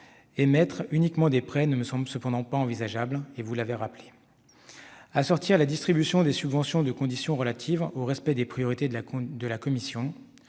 Émettre uniquement des prêts ne me semble cependant pas envisageable, comme vous l'avez rappelé, madame la secrétaire d'État. Assortir la distribution des subventions de conditions relatives au respect des priorités de la Commission-